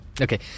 Okay